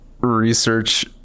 research